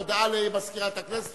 הודעה למזכירת הכנסת,